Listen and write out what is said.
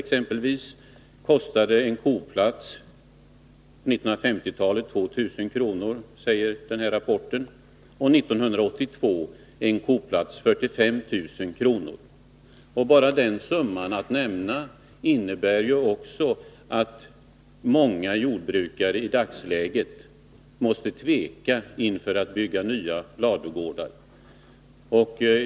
En koplats kostade exempelvis på 1950-talet 2 000 kr., och 1982 kostade den 45 000 kr. Bara denna summa kan innebära att många jordbrukare i dagsläget måste tveka inför att bygga nya ladugårdar.